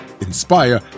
inspire